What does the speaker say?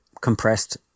compressed